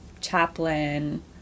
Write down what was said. chaplain